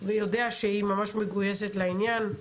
ויודע שהיא ממש מגויסת לעניין,